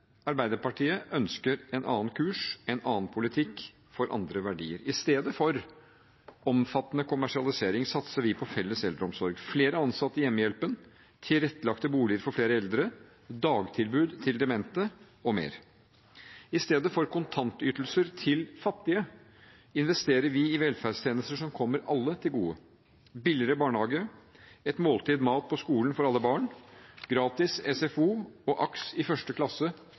Arbeiderpartiet ønsker en annen kurs, en annen politikk, for andre verdier. I stedet for omfattende kommersialisering satser vi på felles eldreomsorg – flere ansatte i hjemmehjelpen, tilrettelagte boliger for flere eldre, dagtilbud til demente og mer til. I stedet for kontantytelser til fattige investerer vi i velferdstjenester som kommer alle til gode – billigere barnehage, et måltid mat på skolen for alle barn, gratis SFO og AKS i første klasse,